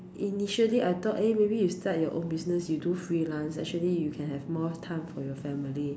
and initially I thought eh maybe you start your own business you do freelance actually you can have more time for your family